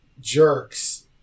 jerks